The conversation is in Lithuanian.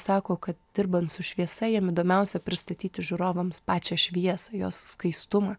sako kad dirbant su šviesa jam įdomiausia pristatyti žiūrovams pačią šviesą jos skaistumą